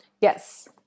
Yes